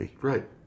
right